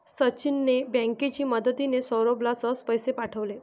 सचिनने बँकेची मदतिने, सौरभला सहज पैसे पाठवले